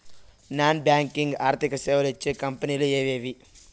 Non banking ఆర్థిక సేవలు ఇచ్చే కంపెని లు ఎవేవి?